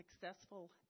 successful